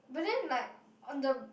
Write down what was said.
but then like on the